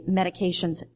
medications